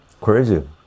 Crazy